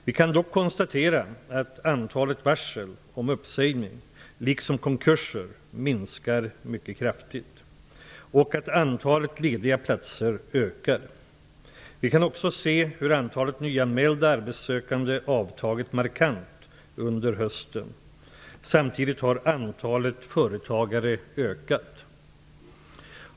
Vi kan dock konstatera att antalet varsel om uppsägning liksom konkurser minskar mycket kraftigt och att antalet lediga platser ökar. Vi kan också se hur antalet nyanmälda arbetssökande avtagit markant under hösten. Samtidigt har antalet företagare ökat.